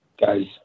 Guys